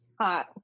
hot